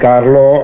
Carlo